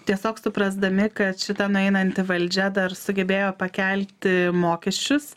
tiesiog suprasdami kad šita nueinanti valdžia dar sugebėjo pakelti mokesčius